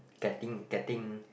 getting getting